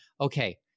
okay